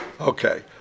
Okay